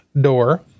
door